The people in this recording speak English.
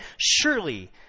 Surely